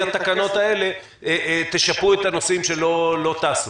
התקנות האלה תשפו את הנוסעים שלא טסו?